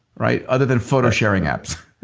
right? other than photosharing apps?